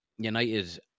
United